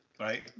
right